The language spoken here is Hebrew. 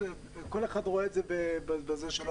כל אחד רואה את זה בעיניים שלו.